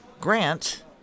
Grant